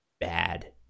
bad